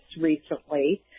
recently